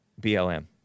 BLM